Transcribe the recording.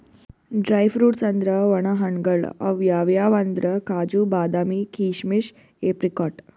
dry fruits ಅಂದ್ರ ವಣ ಹಣ್ಣ್ಗಳ್ ಅವ್ ಯಾವ್ಯಾವ್ ಅಂದ್ರ್ ಕಾಜು, ಬಾದಾಮಿ, ಕೀಶಮಿಶ್, ಏಪ್ರಿಕಾಟ್